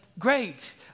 Great